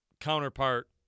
Counterpart